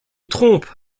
trompes